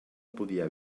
podia